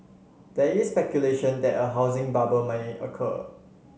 there is speculation that a housing bubble may occur